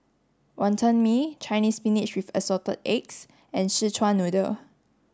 Wonton Mee Chinese spinach with assorted eggs and Szechuan noodle